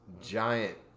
giant